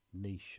niche